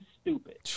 stupid